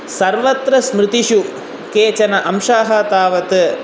सर्वत्र स्मृतिषु केचन अंशाः तावत्